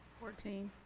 fourteen.